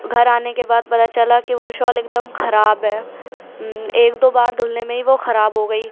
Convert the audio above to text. گھر آنے کے بعد پتا چلا کہ وہ شال ایک دم خراب ہے ایک دو بار دُھلنے میں ہی وہ خراب ہو گئی